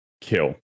kill